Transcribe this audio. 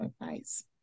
advice